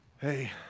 Hey